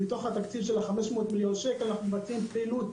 מתוך התקציב של 500,000,000 ₪ אנחנו מבקשים פעילות